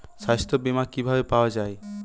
সাস্থ্য বিমা কি ভাবে পাওয়া যায়?